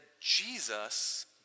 Jesus